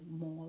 more